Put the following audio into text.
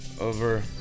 over